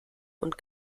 und